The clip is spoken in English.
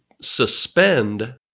suspend